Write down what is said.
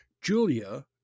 julia